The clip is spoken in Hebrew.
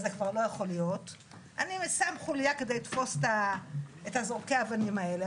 זה כבר לא יכול להיות; אני שם חוליה כדי לתפוס את זורקי אבנים האלה.